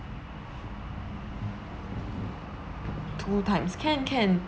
two times can can